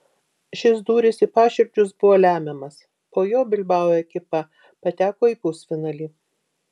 šis dūris į paširdžius buvo lemiamas po jo bilbao ekipa pateko į pusfinalį